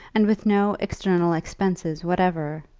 and with no external expenses whatever,